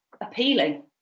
appealing